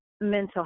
mental